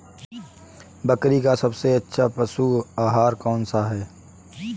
बकरी का सबसे अच्छा पशु आहार कौन सा है?